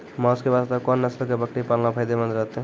मांस के वास्ते कोंन नस्ल के बकरी पालना फायदे मंद रहतै?